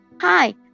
Hi